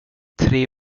tre